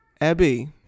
Abby